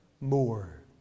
more